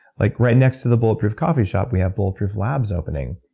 like right next to the bulletproof coffee shop, we have bulletproof labs opening,